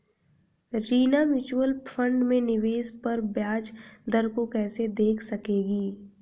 Reena mutual fund में निवेश पर ब्याज दर को कैसे देख सकेगी?